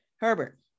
herbert